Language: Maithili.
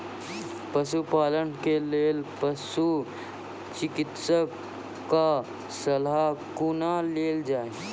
पशुपालन के लेल पशुचिकित्शक कऽ सलाह कुना लेल जाय?